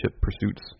pursuits